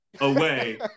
away